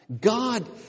God